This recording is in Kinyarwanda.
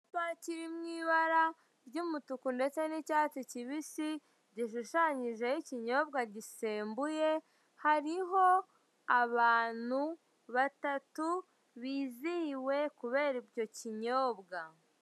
Icyapa kiri mu ibara ry'umutuku ndetse n'icyatsi kibisi, gishushanyijeho ikinyobwa gisembuye, hariho abantu batatu bizihiwe kubera icyo kinyobwa.